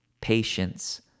patience